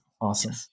Awesome